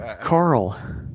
Carl